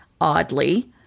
oddly